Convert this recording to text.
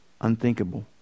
unthinkable